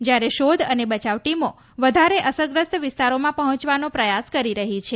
જયારે શોધ અને બચાવ ટીમો વધારે અસરગ્રસ્ત વિસ્તારોમાં પહોંચવાનો પ્રયાસ કરી રહી છે